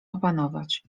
opanować